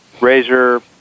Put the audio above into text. Razor